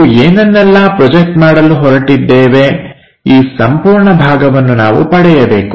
ನಾವು ಏನನ್ನೆಲ್ಲಾ ಪ್ರೊಜೆಕ್ಟ್ ಮಾಡಲು ಹೊರಟಿದ್ದೇವೆ ಈ ಸಂಪೂರ್ಣ ಭಾಗವನ್ನು ನಾವು ಪಡೆಯಬೇಕು